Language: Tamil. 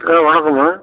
ஹலோ வணக்கம்மா